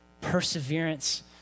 perseverance